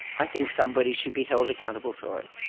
i think somebody should be held accountable for it.